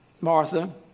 Martha